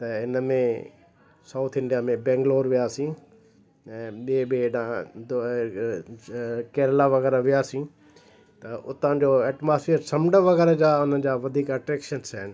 त इन में साउथ इंडिया में बैंगलौर वियासीं ऐं ॿिए ॿिए हेॾा दौर केरला वग़ैरह बि वियासीं त उतां जो एटमॉस्फेयर समुंडु वग़ैरह जा उन्हनि जा वधीक अट्रैक्शिन्स आहिनि